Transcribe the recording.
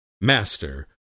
Master